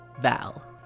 Val